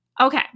Okay